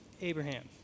Abraham